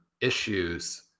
issues